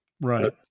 Right